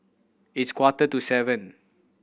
its quarter to seven